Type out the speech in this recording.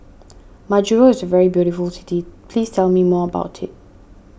Majuro is a very beautiful city please tell me more about it